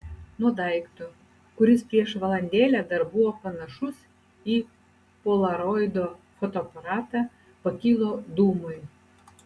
nuo daikto kuris prieš valandėlę dar buvo panašus į polaroido fotoaparatą pakilo dūmai